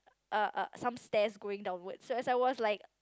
uh some stairs going downwards so as I was like